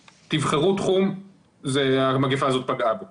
תבחרו תחום שהמגפה הזאת לא פגעה בו.